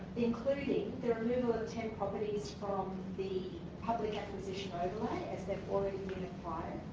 including the removal of ten properties from the public acquisition overlay as they've already been acquired.